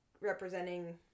representing